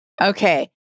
Okay